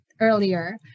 earlier